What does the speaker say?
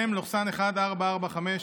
מ/1445.